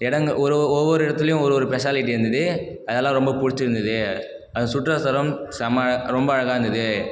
இடங்கள் ஒரு ஒ ஒவ்வொரு இடத்துலையும் ஒரு ஒரு பெஷாலிட்டி இருந்தது அதெலாம் ரொம்ப பிடிச்சிருந்துது அந்த சுற்றுலாத்தலம் செமை ரொம்ப அழகாக இருந்தது